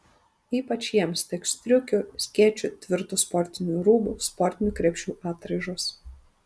ypač jiems tiks striukių skėčių tvirtų sportinių rūbų sportinių krepšių atraižos